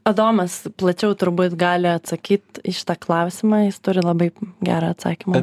adomas plačiau turbūt gali atsakyt į šitą klausimą jis turi labai gerą atsakymą